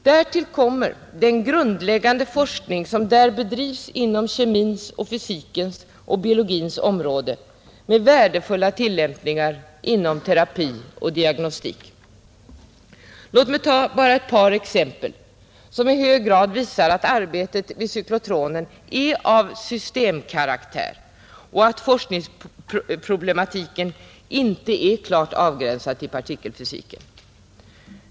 Därtill kommer den grundläggande forskning som där bedrivs inom kemins, fysikens och biologins område med värdefulla tillämpningar inom terapi och diagnostik. Låt mig ta bara ett par exempel som visar att arbetet vid cyklotronen i hög grad är av systemkaraktär och att forskningsproblematiken inte är klart avgränsad till partikelfysiken.